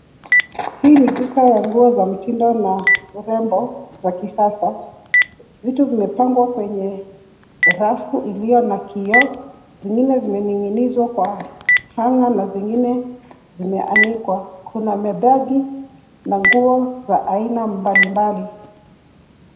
Hii ni duka ya nguo za mitindo na urembo za kisasa. Vitu vimepangwa kwenye rafu iliyo na kioo. Zingine zimening'inizwa kwa hanger na zingine zimeanikwa. Kuna madagi na nguo za aina mbalimbali.